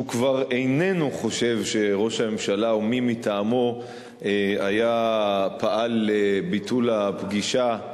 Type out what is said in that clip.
שהוא כבר איננו חושב שראש הממשלה או מי מטעמו פעל לביטול הפגישה.